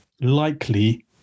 likely